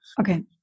Okay